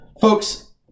Folks